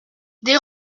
des